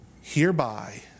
Hereby